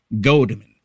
Goldman